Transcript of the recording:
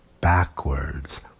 backwards